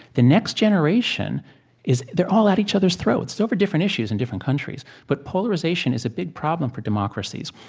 the next generation is they're all at each other's throats. it's over different issues in different countries, but polarization is a big problem for democracies.